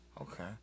Okay